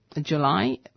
July